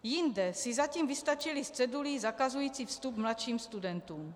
Jinde si zatím vystačili s cedulí zakazující vstup mladším studentům.